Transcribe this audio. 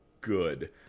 Good